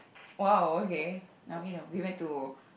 !wow! okay now you know we went to